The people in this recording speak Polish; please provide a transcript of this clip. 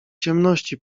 ciemności